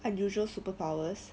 unusual superpowers